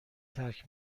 ترک